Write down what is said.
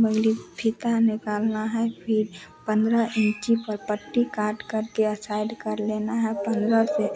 बगली फीता निकालना है फिर पन्द्रह इन्ची पर पट्टी काट करके साइड कर लेना है पन्द्रह से